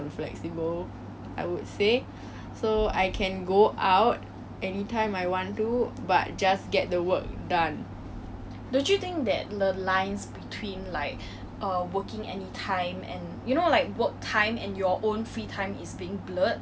yes I do think so and to be to be honest procrastination is a really 很大的事情 err when I was facing this C_B period